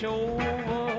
over